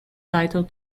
title